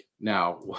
now